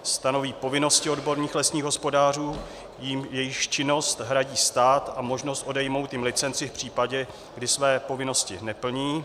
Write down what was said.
stanoví povinnosti odborných lesních hospodářů, jejichž činnost hradí stát, a možnost odejmout jim licenci v případě, kdy své povinnosti neplní;